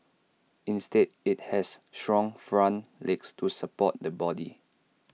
instead IT has strong front legs to support the body